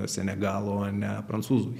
senegalo o ne prancūzui